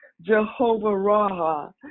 Jehovah-Raha